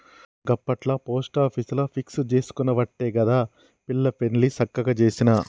గప్పట్ల పోస్టాపీసుల ఫిక్స్ జేసుకునవట్టే గదా పిల్ల పెండ్లి సక్కగ జేసిన